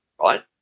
right